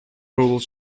rules